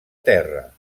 terra